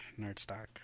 Nerdstock